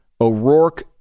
o'rourke